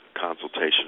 consultation